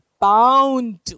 bound